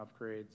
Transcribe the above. upgrades